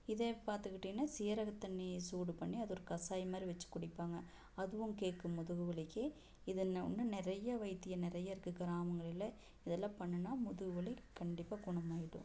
இதே பார்த்துக்கிட்டிங்கனா சீரக தண்ணியை சூடு பண்ணி அதை ஒரு கஷாயம் மாதிரி வைச்சு குடிப்பாங்க அதுவும் கேட்கும் முதுகு வலிக்கு இது இன்னும் நிறைய வைத்தியம் நிறைய இருக்குது கிராமங்களில் இதெல்லாம் பண்ணுனால் முதுகு வலி கண்டிப்பாக குணமாகிடும்